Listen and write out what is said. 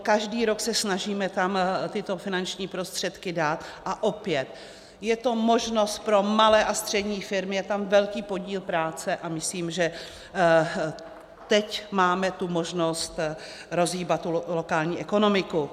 Každý rok se snažíme tam tyto finanční prostředky dát, a opět je to možnost pro malé a střední firmy, je tam velký podíl práce a myslím, že teď máme tu možnost rozhýbat lokální ekonomiku.